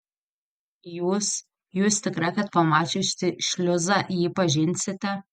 jūs jūs tikra kad pamačiusi šliuzą jį pažinsite